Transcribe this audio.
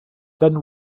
then